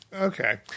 Okay